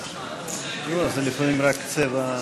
אי-אמון בממשלה לא נתקבלה.